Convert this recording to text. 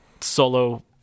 solo